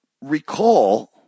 recall